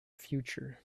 future